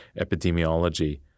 epidemiology